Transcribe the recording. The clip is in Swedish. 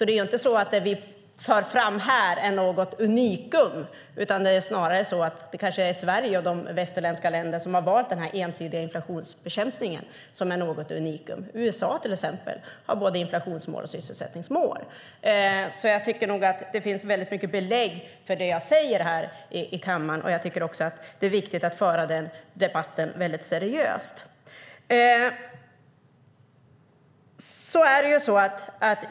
Det är inte så att det vi för fram här är något unikum, utan det är snarare Sverige och de andra västerländska länder som har valt den ensidiga inflationsbekämpningen som är ett unikum. Till exempel har USA både inflationsmål och sysselsättningsmål. Jag tycker nog att det finns väldigt många belägg för det jag säger här i kammaren. Det är viktigt att föra debatten seriöst.